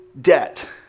debt